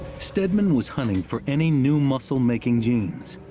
stedman was hunting for any new muscle-making genes.